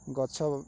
ଗଛ